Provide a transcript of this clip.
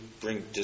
bring